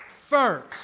first